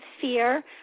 fear